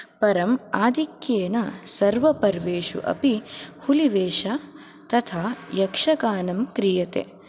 परम् आधिक्येन सर्व पर्वेषु अपि हुलिवेष तथा यक्षगानं क्रीयते